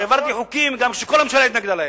שהעברתי חוקים גם כשכל הממשלה התנגדה להם,